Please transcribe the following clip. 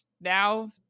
now